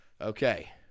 Okay